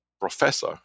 professor